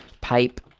Pipe